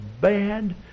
bad